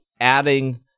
adding